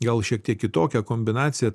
gal šiek tiek kitokia kombinacija